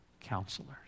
counselors